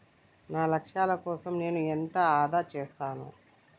నా లక్ష్యాల కోసం నేను ఎంత ఆదా చేస్తాను?